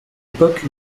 époque